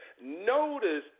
Notice